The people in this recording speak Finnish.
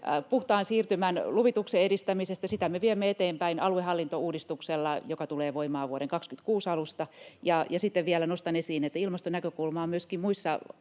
puhtaan siirtymän luvituksen edistämisestä, ja sitä me viemme eteenpäin aluehallintouudistuksella, joka tulee voimaan vuoden 26 alusta. Sitten vielä nostan esiin, että ilmastonäkökulma on myöskin muissa